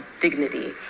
dignity